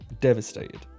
devastated